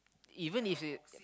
even if it